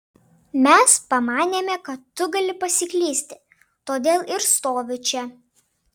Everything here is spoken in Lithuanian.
mes pamanėme kad tu gali pasiklysti todėl ir stoviu čia